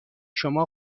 شما